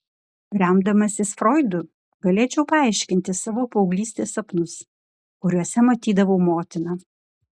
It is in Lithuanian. remdamasis froidu galėčiau paaiškinti savo paauglystės sapnus kuriuose matydavau motiną